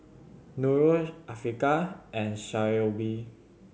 Nura Afiqah and Shoaib